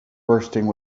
bursting